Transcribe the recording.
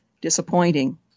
disappointing